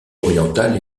orientale